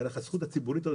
דרך הזכות הציבורית הזאת,